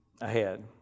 ahead